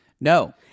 No